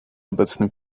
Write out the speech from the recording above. obecnym